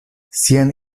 sian